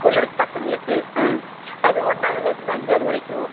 ஸ்கூலில் இருக்கற பசங்களுக்கு ஆ அதுவும் ஒன்னாவதுலேருந்து அஞ்சாவது வரைக்கும்